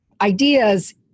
ideas